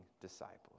disciples